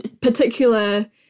particular